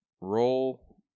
roll